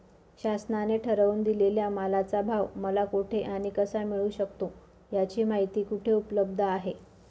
शासनाने ठरवून दिलेल्या मालाचा भाव मला कुठे आणि कसा मिळू शकतो? याची माहिती कुठे उपलब्ध आहे?